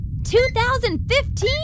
2015